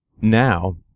now